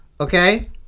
okay